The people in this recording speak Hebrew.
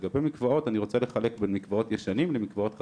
לגבי מקוואות אני רוצה לחלק בין מקוואות ישנים למקוואות חדשים.